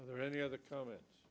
are there any other comments